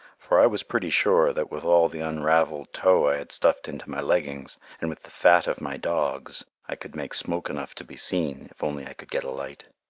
for i was pretty sure that with all the unravelled tow i had stuffed into my leggings, and with the fat of my dogs, i could make smoke enough to be seen if only i could get a light.